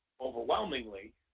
overwhelmingly